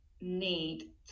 need